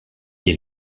est